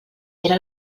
era